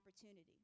opportunity